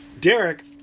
Derek